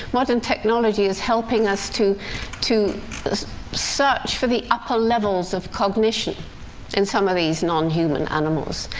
modern technology is helping us to to search for the upper levels of cognition in some of these non-human animals.